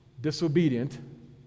disobedient